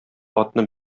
атны